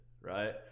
right